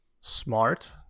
smart